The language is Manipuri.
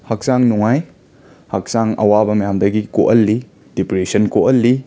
ꯍꯛꯆꯥꯡ ꯅꯨꯡꯉꯥꯏ ꯍꯛꯆꯥꯡ ꯑꯋꯥꯕ ꯃꯌꯥꯝꯗꯒꯤ ꯀꯣꯛꯍꯜꯂꯤ ꯗꯤꯄ꯭ꯔꯦꯁꯟ ꯀꯣꯛꯍꯜꯂꯤ